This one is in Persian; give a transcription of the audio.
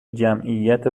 جمعیت